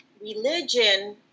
religion